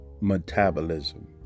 metabolism